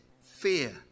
fear